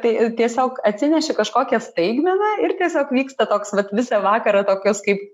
tai tiesiog atsineši kažkokią staigmeną ir tiesiog vyksta toks vat visą vakarą tokios kaip